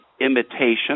imitation